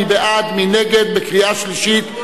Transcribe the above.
מי בעד, מי נגד, בקריאה שלישית.